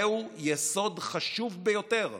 זהו יסוד חשוב ביותר.